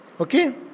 Okay